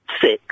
Six